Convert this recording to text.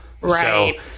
right